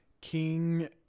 king